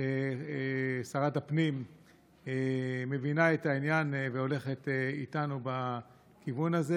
ששרת הפנים מבינה את העניין והולכת איתנו בכיוון הזה.